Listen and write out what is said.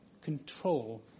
control